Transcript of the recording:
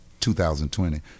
2020